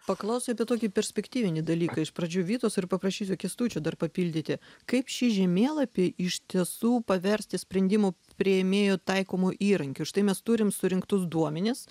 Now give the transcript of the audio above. paklausiu apie tokį perspektyvinį dalyką iš pradžių vitos ir paprašysiu kęstučio dar papildyti kaip šį žemėlapį iš tiesų paversti sprendimų priėmėjų taikomu įrankiu štai mes turim surinktus duomenis